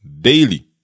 daily